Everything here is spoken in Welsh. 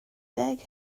deg